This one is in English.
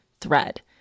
THREAD